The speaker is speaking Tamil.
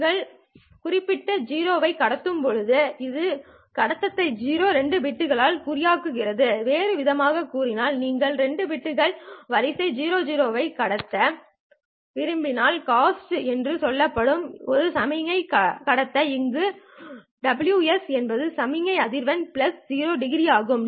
நீங்கள் கட்டம் 0 ஐ கடத்தும் போது அந்த கட்டத்தை 0 ஐ 2 பிட்களால் குறியாக்குகிறீர்கள் வேறுவிதமாகக் கூறினால் நீங்கள் 2 பிட்கள் வரிசை 00 ஐ கடத்த விரும்பினால் cosst என்று சொல்லப்படும் ஒரு சமிக்ஞையை கடத்த இங்கு ωs என்பது சமிக்ஞை அதிர்வெண் 0 டிகிரி ஆகும்